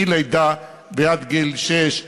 מלידה ועד גיל שש,